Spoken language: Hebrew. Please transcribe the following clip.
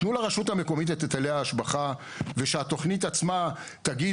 תנו לרשות המקומית את היטלי ההשבחה ושהתכנית עצמה תגיד